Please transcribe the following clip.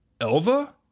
Elva